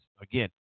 Again